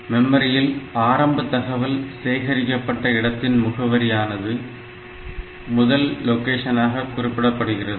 மெமரியில் ஆரம்ப தகவல் சேகரிக்கப்பட்ட இடத்தின் முகவரியானது முதல் லொகேஷனாக குறியிடப்படுகிறது